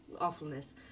awfulness